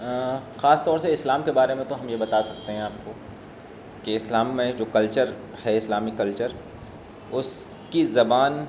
خاص طور سے اسلام کے بارے میں تو ہم یہ بتا سکتے ہیں آپ کو کہ اسلام میں جو کلچر ہے اسلامک کلچر اس کی زبان